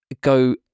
go